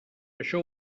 això